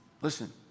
Listen